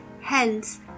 Hence